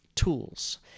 tools